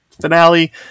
finale